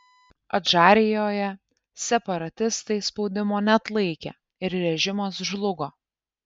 adžarijoje separatistai spaudimo neatlaikė ir režimas žlugo